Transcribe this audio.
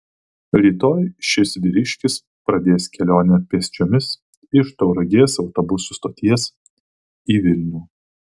rytoj šis vyriškis pradės kelionę pėsčiomis iš tauragės autobusų stoties į vilnių